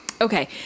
Okay